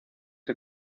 que